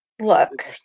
Look